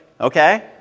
okay